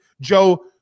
Joe